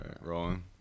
Rolling